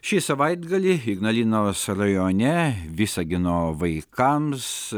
šį savaitgalį ignalinos rajone visagino vaikams